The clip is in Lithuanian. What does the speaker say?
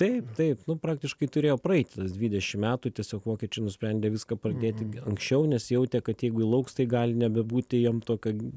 taip taip nu praktiškai turėjo praeiti dvidešim metų tiesiog vokiečiai nusprendė viską pradėti anksčiau nes jautė kad jeigu jie lauks tai gali nebebūti jiem to kad